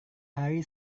hari